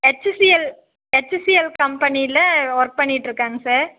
HCL HCL கம்பெனியில் work பண்ணிட்டு இருக்கேன்ங்க சார்